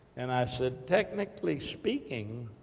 and i said, technically speaking,